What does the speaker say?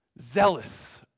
Zealous